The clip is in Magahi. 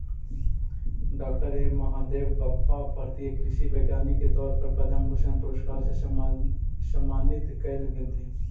डॉ एम महादेवप्पा भारतीय कृषि वैज्ञानिक के तौर पर पद्म भूषण पुरस्कार से सम्मानित कएल गेलथीन